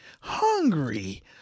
hungry